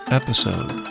episode